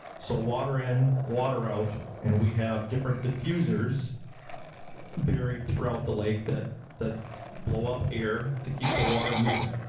so water in, water out, and we have different diffusers buried throughout the lake that that blow up air to keep the water moving.